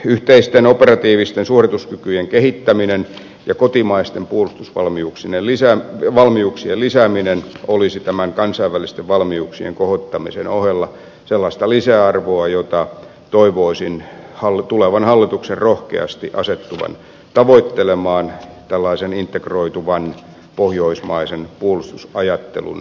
yhteisten operatiivisten suorituskykyjen kehittäminen ja kotimaisten puolustusvalmiuksien lisääminen olisi tämän kansainvälisten valmiuksien kohottamisen ohella sellaista lisäarvoa jota toivoisin tulevan hallituksen rohkeasti asettuvan tavoittelemaan tällaisen integroituvan pohjoismaisen puolustusajattelun merkeissä